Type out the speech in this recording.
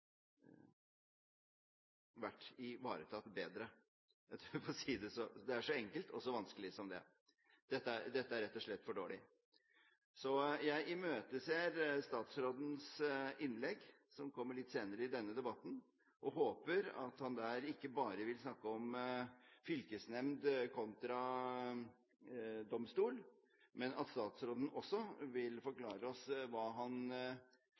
vært ivaretatt bedre. Det er så enkelt, og så vanskelig, som det. Dette er rett og slett for dårlig. Jeg imøteser statsrådens innlegg, som kommer litt senere i denne debatten, og håper at han der ikke bare vil snakke om fylkesnemnd kontra domstol, men at han også vil forklare oss hva han